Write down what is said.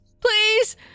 please